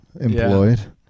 employed